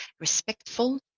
respectful